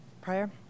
prior